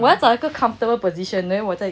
我要找一个 comfortable position then 我在配